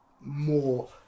more